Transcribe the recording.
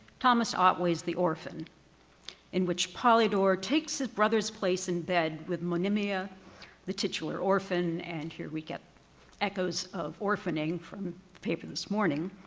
thomas otways the orphan in which polydore takes his brother's place in bed with monaimia the titular orphan. and here we get echoes of orphaning from paper this morning.